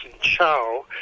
Chow